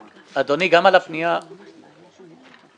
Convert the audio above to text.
אדוני, גם לגבי הפנייה